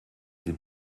sie